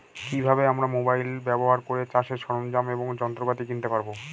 কি ভাবে আমরা মোবাইল ব্যাবহার করে চাষের সরঞ্জাম এবং যন্ত্রপাতি কিনতে পারবো?